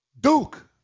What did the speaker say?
Duke